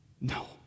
No